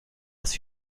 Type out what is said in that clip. als